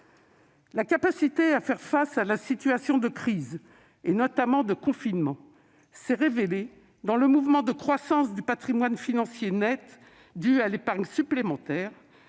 La capacité à faire face à la situation de crise, notamment de confinement, s'est révélée dans le mouvement de croissance du patrimoine financier net dû à l'épargne supplémentaire,